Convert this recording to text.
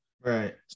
Right